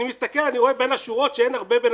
אני מסתכל ואני רואה בין השורות שאין הרבה בין